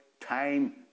time